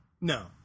No